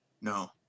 No